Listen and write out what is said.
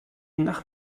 nach